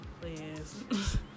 Please